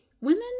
women